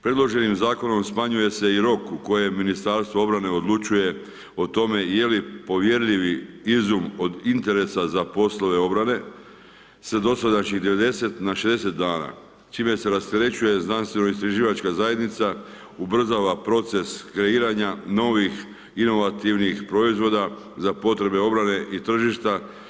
Predloženim zakonom, smanjuje se i rok u kojem ministarstvo obrane odlučuje o tome, je li povjerljivi izum od interesa za poslove obrane sa dosadašnjih 90 na 60 dana, s čime rasterećuje znanstveno istraživačka zajednica, ubrzava proces kreiranja novih, inovativnih proizvoda za potrebe obrane i tržišta.